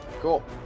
Cool